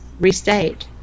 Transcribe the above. restate